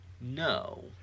No